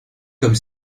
comme